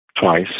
twice